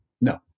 No